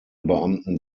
beamten